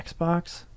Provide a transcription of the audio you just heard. Xbox